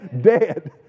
dead